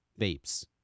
vapes